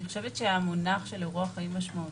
אני חושב שהמונח של אירוע חיים משמעותי